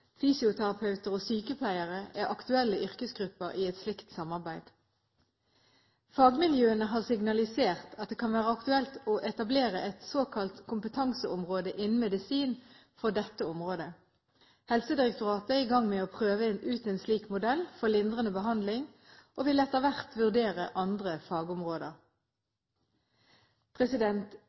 fysioterapeuter og sykepleiere er aktuelle yrkesgrupper i et slikt samarbeid. Fagmiljøene har signalisert at det kan være aktuelt å etablere et såkalt kompetanseområde innen medisin for dette området. Helsedirektoratet er i gang med å prøve ut en slik modell for lindrende behandling og vil etter hvert vurdere andre fagområder.